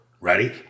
Ready